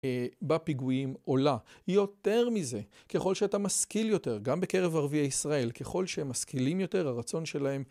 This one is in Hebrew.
בפיגועים עולה. יותר מזה, ככל שאתה משכיל יותר, גם בקרב ערבי ישראל, ככל שהם משכילים יותר, הרצון שלהם